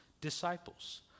disciples